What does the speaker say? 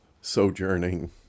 sojourning